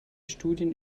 studien